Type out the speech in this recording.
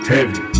Heavy